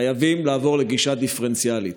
חייבים לעבור לגישה דיפרנציאלית.